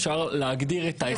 אפשר להגדיר את ההחזר.